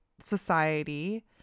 society